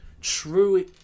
true